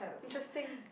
interesting